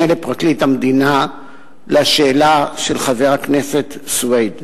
לפרקליט המדינה לשאלה של חבר הכנסת סוייד.